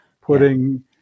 putting